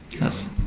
yes